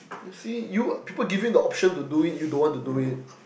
see you people give you the option to do it you don't want to do it